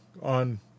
on